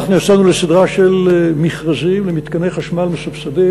יצאנו לסדרה של מכרזים למתקני חשמל מסובסדים.